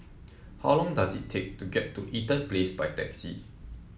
how long does it take to get to Eaton Place by taxi